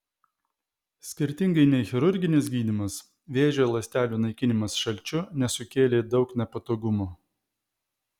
skirtingai nei chirurginis gydymas vėžio ląstelių naikinimas šalčiu nesukėlė daug nepatogumų